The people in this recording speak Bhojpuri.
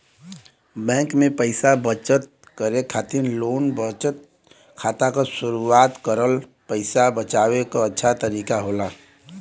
बैंक में पइसा बचत करे खातिर लोग बचत खाता क शुरआत करलन पइसा बचाये क अच्छा तरीका होला